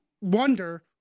wonder